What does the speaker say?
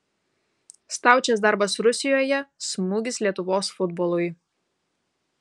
staučės darbas rusijoje smūgis lietuvos futbolui